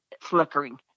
flickering